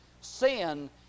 sin